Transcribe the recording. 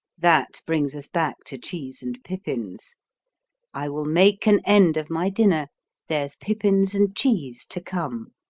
that brings us back to cheese and pippins i will make an end of my dinner there's pippins and cheese to come.